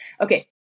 Okay